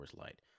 Light